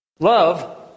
Love